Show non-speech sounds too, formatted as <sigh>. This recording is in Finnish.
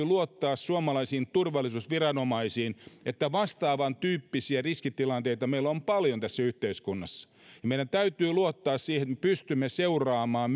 <unintelligible> luottaa suomalaisiin turvallisuusviranomaisiin kun vastaavantyyppisiä riskitilanteita meillä on paljon tässä yhteiskunnassa meidän täytyy luottaa siihen että me pystymme seuraamaan <unintelligible>